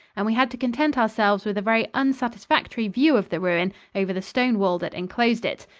and we had to content ourselves with a very unsatisfactory view of the ruin over the stone wall that enclosed it.